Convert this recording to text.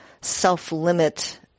self-limit